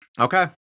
okay